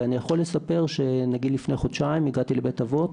אני יכול לספר שלפני חודשיים הגעתי לבית אבות,